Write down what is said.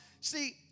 see